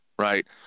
right